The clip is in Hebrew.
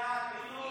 סעיפים 12 13,